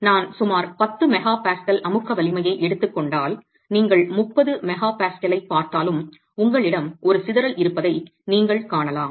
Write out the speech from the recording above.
எனவே நான் சுமார் 10 MPa அமுக்க வலிமையை எடுத்துக் கொண்டால் நீங்கள் 30 MPa ஐப் பார்த்தாலும் உங்களிடம் ஒரு சிதறல் இருப்பதை நீங்கள் காணலாம்